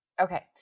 Okay